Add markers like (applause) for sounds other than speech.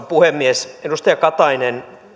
(unintelligible) puhemies edustaja